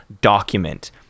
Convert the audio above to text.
document